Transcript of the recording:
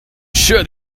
sure